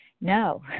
No